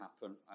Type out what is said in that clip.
happen